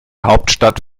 hauptstadt